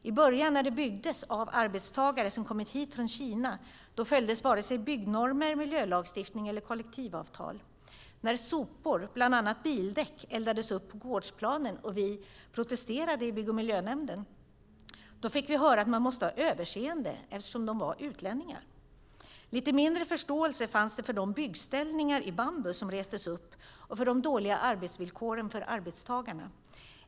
I början, när det byggdes av arbetstagare som hade kommit hit från Kina, följdes vare sig byggnormer, miljölagstiftning eller kollektivavtal. När sopor, bland annat bildäck, eldades upp på gårdsplanen och vi protesterade i bygg och miljönämnden fick vi höra att man måste ha överseende eftersom de var utlänningar. Lite mindre förståelse fanns det för de byggställningar i bambu som restes upp och för de dåliga arbetsvillkoren för arbetstagarna.